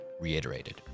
reiterated